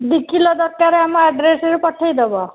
ଦୁଇ କିଲୋ ଦରକାର ଆମ ଆଡ଼୍ରେସ୍ରେ ପଠାଇ ଦେବ